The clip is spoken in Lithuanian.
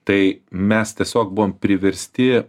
tai mes tiesiog buvom priversti